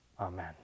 Amen